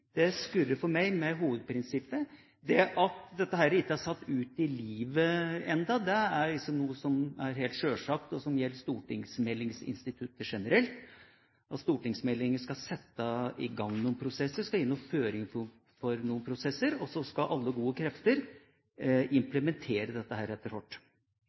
– skurrer for meg i forhold til hovedprinsippet. Det at dette ikke er satt ut i livet ennå, er liksom noe som er helt sjølsagt, og som gjelder stortingsmeldingsinstituttet generelt, for stortingsmeldinger skal sette i gang noen prosesser, skal gi noen føringer for noen prosesser, og så skal alle gode krefter implementere dette etter